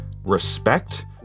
respect